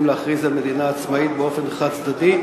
להכריז על מדינה עצמאית באופן חד-צדדי,